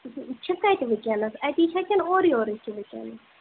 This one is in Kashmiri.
چھِ کَتہِ وٕنۍکٮ۪نس اَتی چھا کِنہٕ اورٕ یورَے چھُ وٕنۍکٮ۪ن